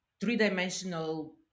three-dimensional